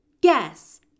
Guess